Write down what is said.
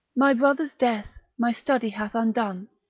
my brother's death my study hath undone,